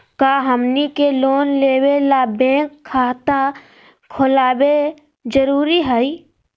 का हमनी के लोन लेबे ला बैंक खाता खोलबे जरुरी हई?